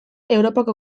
europako